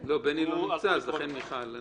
אני